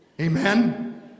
Amen